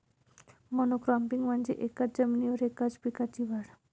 monocropping म्हणजे एकाच जमिनीवर एकाच पिकाची वाढ